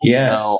Yes